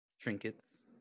Trinkets